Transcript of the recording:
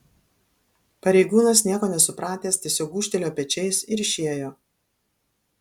pareigūnas nieko nesupratęs tiesiog gūžtelėjo pečiais ir išėjo